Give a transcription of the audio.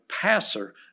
passer